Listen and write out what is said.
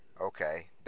Okay